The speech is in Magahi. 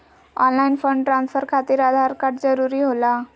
ऑनलाइन फंड ट्रांसफर खातिर आधार कार्ड जरूरी होला?